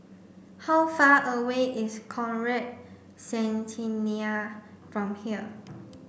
how far away is Conrad Centennial from here